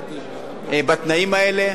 האלה.